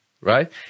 right